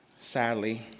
Sadly